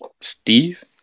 Steve